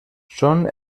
són